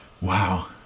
wow